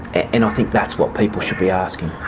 and i think that's what people should be asking.